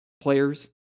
players